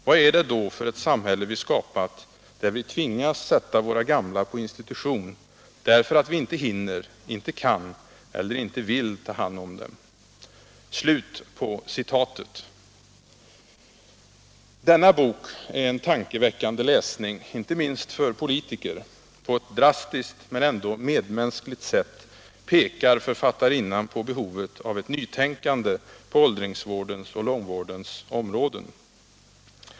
Vad är det då för ett samhälle vi skapat där vi tvingas sätta våra gamla på institution därför att vi inte hinner, inte kan eller inte vill ta hand om dem.” Boken är en tankeväckande läsning — inte minst för politiker. På ett drastiskt men ändå medmänskligt sätt pekar författarinnan på behovet av ett nytänkande på åldringsvårdens och långvårdens områden.